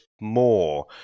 more